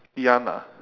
ngee ann ah